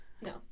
No